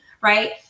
right